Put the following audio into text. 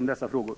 dessa frågor.